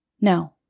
No